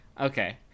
Okay